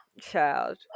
Child